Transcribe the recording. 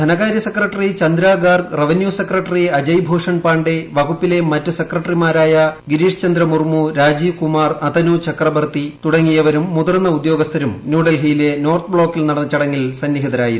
ധനകാര്യ secretary Chandra Garg revenue secretary Ajay Bhushan Pandey വകുപ്പിലെ മറ്റ് സെക്രട്ടറിമാരായു ഗ്നിരിഷ് ചന്ദ്ര മുർമു രാജീവ് കുമാർ അതനു ചക്രബർത്തിച്ചു ് തുടങ്ങിയവരും മുതിർന്ന ഉദ്യോഗസ്ഥരും ന്യൂഡൽക്റിയിലെ നോർത്ത് ബ്ലോക്കിൽ നടന്ന ചടങ്ങിൽ സന്നിഹിത്തുരായിരുന്നു